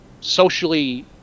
socially